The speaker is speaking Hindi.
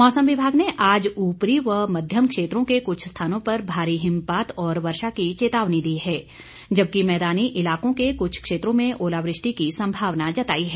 मौसम विभाग ने आज ऊपरी व मध्यम क्षेत्रों के कुछ स्थानों पर भारी हिमपात और वर्षा की चेतावनी दी है जबकि मैदानी इलाकों के कुछ क्षेत्रों में ओलावृष्टि की संभावना जताई है